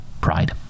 pride